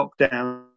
lockdown